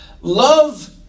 Love